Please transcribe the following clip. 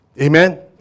Amen